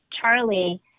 Charlie